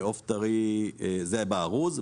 זה ארוז.